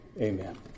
Amen